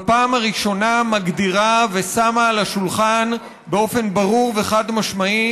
בפעם הראשונה מגדירה ושמה על השולחן באופן ברור וחד-משמעי